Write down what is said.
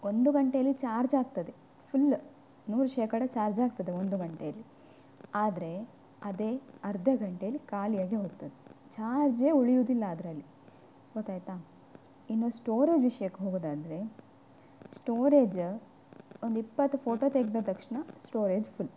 ಒಂದು ಗಂಟೆಯಲ್ಲಿ ಚಾರ್ಜ್ ಆಗ್ತದೆ ಫುಲ್ ನೂರು ಶೇಖಡ ಚಾರ್ಜ್ ಆಗ್ತದೆ ಒಂದು ಗಂಟೆಯಲ್ಲಿ ಆದರೆ ಅದೇ ಅರ್ಧ ಗಂಟೇಲಿ ಖಾಲಿಯಾಗಿ ಹೋಗ್ತದೆ ಚಾರ್ಜೇ ಉಳಿಯುದಿಲ್ಲ ಅದರಲ್ಲಿ ಗೊತಾಯಿತಾ ಇನ್ನು ಸ್ಟೋರೇಜ್ ವಿಷ್ಯಕ್ಕೆ ಹೋಗೋದಾದರೆ ಸ್ಟೋರೇಜ ಒಂದಿಪ್ಪತ್ತು ಫೋಟೋ ತೆಗೆದ ತಕ್ಷಣ ಸ್ಟೋರೇಜ್ ಫುಲ್